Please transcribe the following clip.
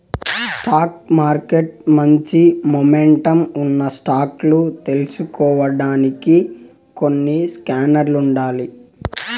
stock మార్కెట్ల మంచి momentum ఉన్న స్టాక్ లు తెల్సుకొనేదానికి కొన్ని స్కానర్లుండాయి